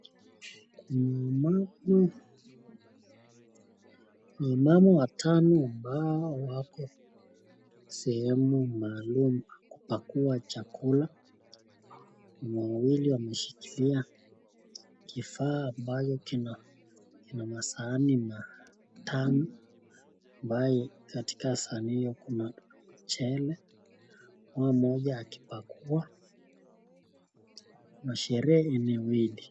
Mama, ni mama watatu ambao wako mahali maalum pa kupakua chakula, na wawili wameshikilia kifaa ambacho kina masahani matano ambaye katika sahani hiyo kuna mchele, na sherehe imezidi.